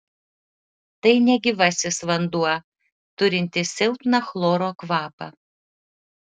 tai negyvasis vanduo turintis silpną chloro kvapą